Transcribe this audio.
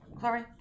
sorry